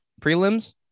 prelims